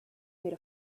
made